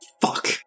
Fuck